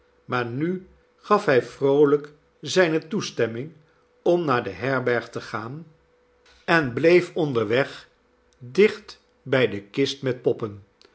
maar nu gaf hij vroolijk zijne toestemming om naar de herberg te gaan en nelly bleef onderweg dicht bij de kist met poppen